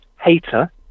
hater